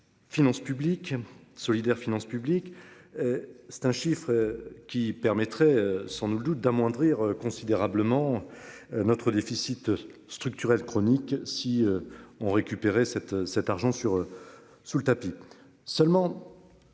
Finances publiques. Solidaires Finances Publiques. C'est un chiffre qui permettrait, sans nul doute d'amoindrir considérablement. Notre déficit structurel chronique si ont récupéré cet cet argent sur. Sous le tapis